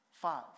Five